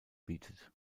bietet